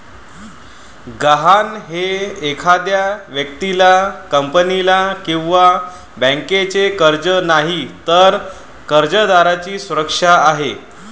गहाण हे एखाद्या व्यक्तीला, कंपनीला किंवा बँकेचे कर्ज नाही, तर कर्जदाराची सुरक्षा आहे